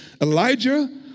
Elijah